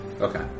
okay